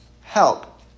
help